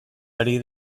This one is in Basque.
ari